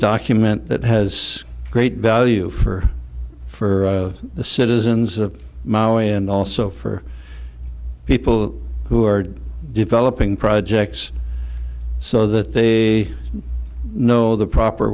document that has great value for for the citizens of maui and also for people who are developing projects though that they know the proper